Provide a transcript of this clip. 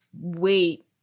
wait